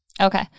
Okay